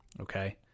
okay